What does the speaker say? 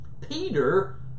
Peter